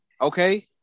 Okay